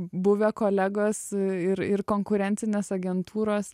buvę kolegos ir ir konkurencinės agentūros